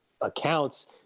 accounts